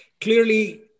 Clearly